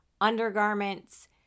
undergarments